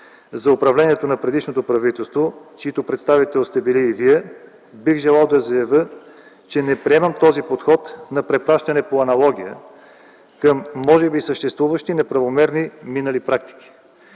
за управлението на предишното правителство, чиито представител сте били и Вие, бих желал да заявя, че не приемам този подход на препращане по аналогия към може би съществуващи неправомерни минали практики.